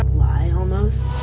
lie almost.